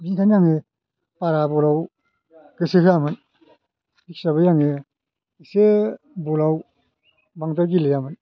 बिनिखायनो आङो बारा बलआव गोसो होयामोन बे हिसाबै आङो एसे बलआव बांद्राय गेलेयामोन